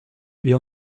wir